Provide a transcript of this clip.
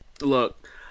Look